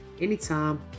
anytime